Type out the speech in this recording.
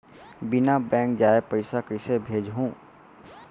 बिना बैंक जाए पइसा कइसे भेजहूँ?